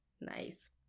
nice